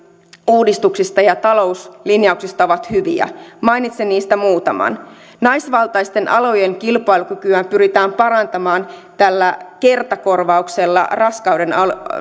uudistuksista ja talouslinjauksista ovat hyviä mainitsen niistä muutaman naisvaltaisten alojen kilpailukykyä pyritään parantamaan kertakorvauksella